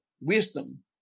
Wisdom